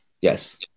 Yes